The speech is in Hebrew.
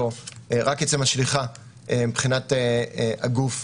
כאשר רק על עצם השליחה מבחינת הגוף,